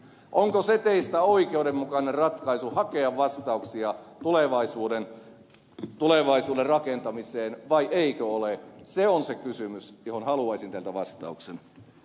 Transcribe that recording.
onko se teistä oikeudenmukainen ratkaisu hakea vastauksia tulevaisuuden rakentamiseen vai eikö ole se on se kysymys johon haluaisin teiltä vastauksen